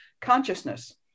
consciousness